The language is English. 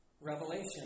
revelation